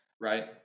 Right